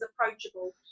approachable